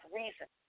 reason